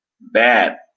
Bad